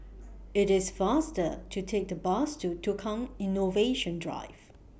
IT IS faster to Take The Bus to Tukang Innovation Drive